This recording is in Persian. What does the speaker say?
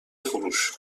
فروش